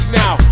now